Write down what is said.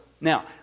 Now